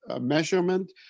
measurement